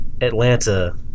Atlanta